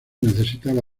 necesitaba